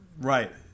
Right